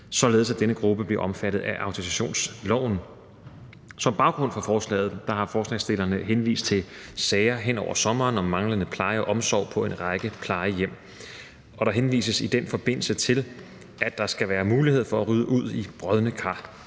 at denne gruppe bliver omfattet af autorisationsloven. Som baggrund for forslaget henviser forslagsstillerne til sager hen over sommeren om manglende pleje og omsorg på en række plejehjem, og der henvises i den forbindelse til, at der skal være mulighed for at rydde ud i brodne kar